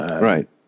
Right